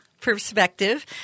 perspective